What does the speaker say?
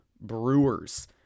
Brewers